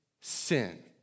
sin